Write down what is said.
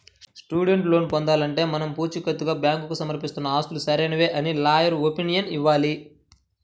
student loan పొందాలంటే మనం పుచీకత్తుగా బ్యాంకుకు సమర్పిస్తున్న ఆస్తులు సరైనవే అని లాయర్ ఒపీనియన్ ఇవ్వాలి